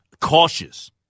cautious